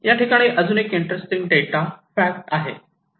या ठिकाणी अजून एक इंटरेस्टिंग डेटा फॅक्ट आहे Interesting data interesting fact